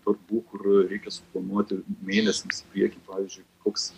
darbų kur reikia suformuoti mėnesiams į priekį pavyzdžiui koks